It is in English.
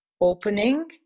opening